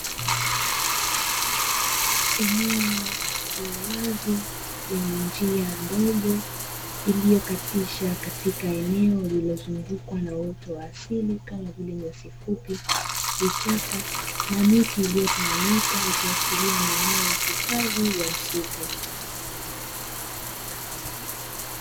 Eneo la wazi lenye njia ndogo iliyo katisha katika eneo lililozungukwa na uoto wa asili kama vile nyasi fupi, vichaka na miti iliyo tawanyika ikiashiria ni eneo la hifadhi ya misitu.